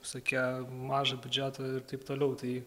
visokie mažo biudžeto ir taip toliau tai